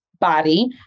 body